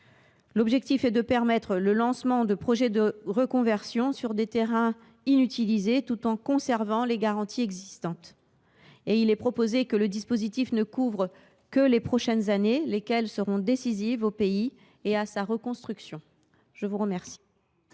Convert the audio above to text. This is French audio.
Il s’agit de favoriser le lancement de projets de reconversion sur des terrains inutilisés tout en conservant les garanties existantes. Il est proposé que le dispositif ne couvre que les prochaines années, lesquelles seront décisives pour le pays et sa reconstruction. La parole